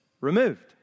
removed